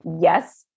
yes